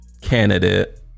candidate